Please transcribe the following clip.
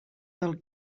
del